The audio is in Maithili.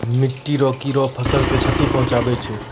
मिट्टी रो कीड़े फसल के क्षति पहुंचाबै छै